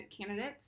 candidates